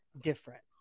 different